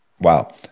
Wow